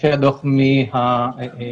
חסר לנו שהוא לא יהיה יעיל אחרי כל כך הרבה שנים.